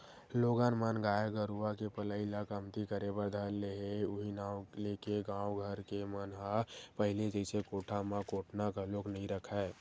लोगन मन गाय गरुवा के पलई ल कमती करे बर धर ले उहीं नांव लेके गाँव घर के मन ह पहिली जइसे कोठा म कोटना घलोक नइ रखय